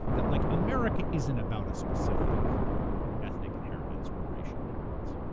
that like america isn't about a specific ethnic inheritance or racial inheritance,